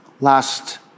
Last